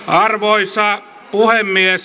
arvoisa puhemies